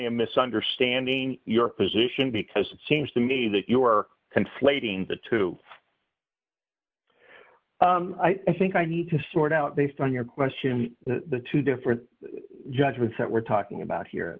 am misunderstanding your position because it seems to me that you are conflating the two i think i need to sort out based on your question the two different judgments that we're talking about here